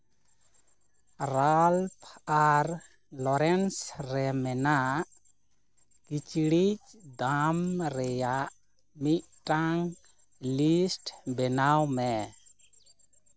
Ralph ᱟᱨ Lawrence ᱨᱮ ᱢᱮᱱᱟᱜ ᱠᱤᱪᱨᱤᱡ ᱫᱟᱢ ᱨᱮᱭᱟᱜ ᱢᱤᱫᱴᱟᱝ ᱞᱤᱥᱴ ᱵᱮᱱᱟᱣ ᱢᱮ